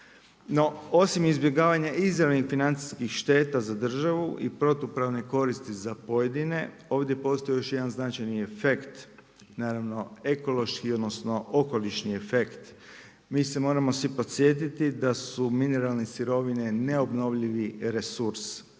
No osim izbjegavanja izravnih financijskih šteta za državu i protupravne koristi za pojedine, ovdje postoji još jedan značajni efekt naravno ekološki odnosno okolišni efekt. Mi se moramo svi podsjetiti da su mineralne sirovine neobnovljivi resurs,